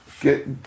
Get